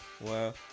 Wow